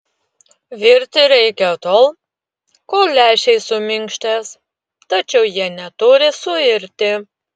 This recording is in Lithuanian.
virti reikia tol kol lęšiai suminkštės tačiau jie neturi suirti